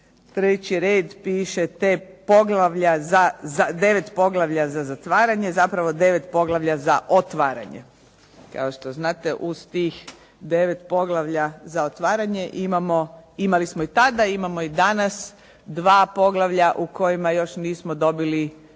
treći red piše te poglavlja za, 9 poglavlja za zatvaranje, zapravo 9 poglavlja za otvaranje. Kao što znate, uz tih 9 poglavlja za otvaranje imali smo i tada, imamo i danas dva poglavlja u kojima još nismo dobili poziv